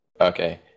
Okay